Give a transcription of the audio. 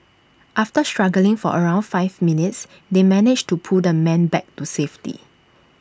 after struggling for around five minutes they managed to pull the man back to safety